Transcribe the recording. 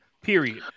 Period